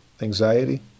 anxiety